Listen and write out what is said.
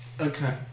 okay